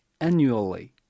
annually